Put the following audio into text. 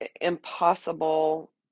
impossible